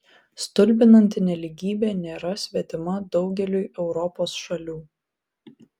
stulbinanti nelygybė nėra svetima daugeliui europos šalių